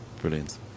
Brilliant